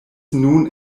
nun